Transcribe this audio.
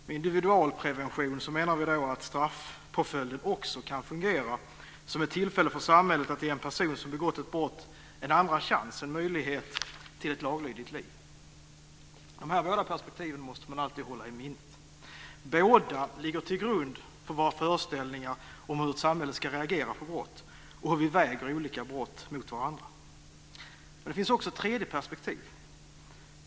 Med individualprevention menar vi att straffpåföljden också kan fungera som ett tillfälle för samhället att ge en person som har begått ett brott en andra chans, en möjlighet till ett laglydigt liv. De här båda perspektiven måste man alltid hålla i minnet. Både ligger till grund för våra föreställningar om hur ett samhälle ska reagera på brott och hur vi väger olika brott mot varandra. Men det finns också ett tredje perspektiv.